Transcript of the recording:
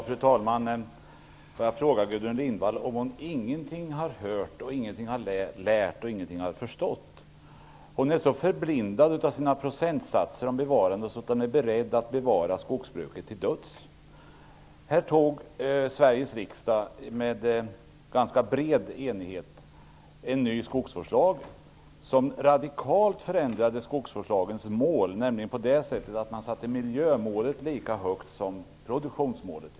Fru talman! Får jag fråga Gudrun Lindvall om hon ingenting har hört, ingenting har lärt och ingenting har förstått? Hon är så förblindad av sina procentsatser om bevarande att hon är beredd att bevara skogsbruket till döds. Sveriges riksdag tog med ganska bred enighet beslut om en ny skogsvårdslag som radikalt förändrade den gamla skogsvårdslagens mål på så sätt att miljömålet sattes lika högt som produktionsmålet.